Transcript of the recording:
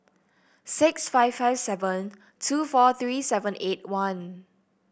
six five five seven two four three seven eight one